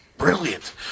brilliant